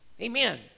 Amen